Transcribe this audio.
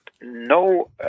no